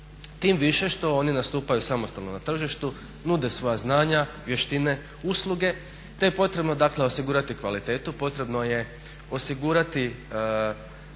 Tim više što oni nastupaju samostalno na tržištu, nude svoja znanja, vještine, usluge te je potrebno dakle osigurati kvalitetu, potrebno je osigurati standard